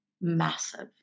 massive